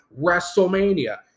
WrestleMania